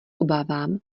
obávám